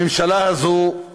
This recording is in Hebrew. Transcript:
הממשלה הזאת היא